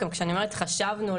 כשאני אומרת חשבנו,